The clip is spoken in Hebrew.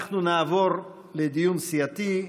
אנחנו נעבור לדיון סיעתי.